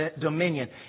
dominion